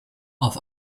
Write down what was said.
auf